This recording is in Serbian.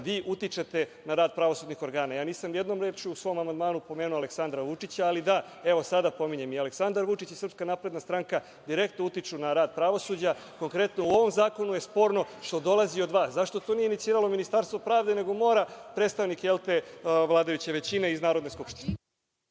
vi utičete na rad pravosudnih organa. Ja nisam jednom rečju u svom amandmanu pomenuo Aleksandra Vučića, ali da, sada pominjem i Aleksandra Vučića i SNS direktno utiču na rad pravosuđa. Konkretno u ovom zakonu je sporno što dolazi od vas. Zašto to nije iniciralo Ministarstvo pravde nego mora predstavnik vladajuće većine iz Narodne skupštine.